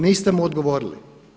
Niste mu odgovorili.